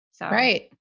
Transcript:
Right